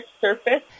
surface